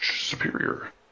Superior